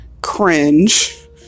cringe